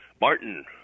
Martin